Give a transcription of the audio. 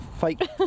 fake